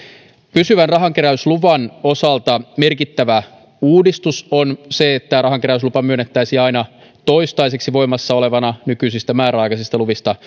pysyvän rahankeräysluvan osalta merkittävä uudistus on se että rahankeräyslupa myönnettäisiin aina toistaiseksi voimassa olevana nykyisistä määräaikaisista luvista